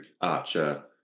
archer